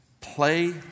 Play